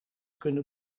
kunnen